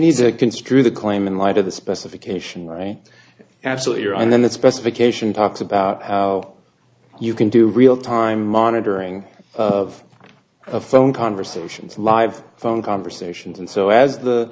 need to construe the claim in light of the specification right absolutely or and then that specification talks about how you can do real time monitoring of phone conversations live phone conversations and so as the